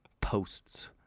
posts